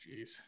Jeez